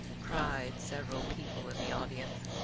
cried several people in the audience.